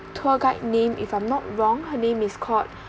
tour guide name if I'm not wrong her name is called